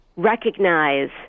recognize